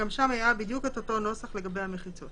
גם שם היה בדיוק את אותו נוסח לגבי המחיצות.